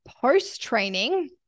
post-training